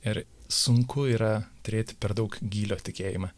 ir sunku yra turėti per daug gylio tikėjimą